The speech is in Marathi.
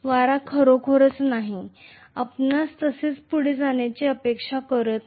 वारा खरोखरच नाही आपणही तसेच पुढे जाण्याची अपेक्षा करत नाही